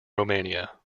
romania